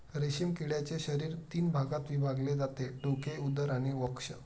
रेशीम किड्याचे शरीर तीन भागात विभागले जाते डोके, उदर आणि वक्ष